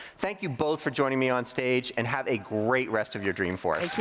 thank you both for joining me on stage and have a great rest of your dreamforce.